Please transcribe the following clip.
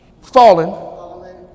fallen